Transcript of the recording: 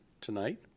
tonight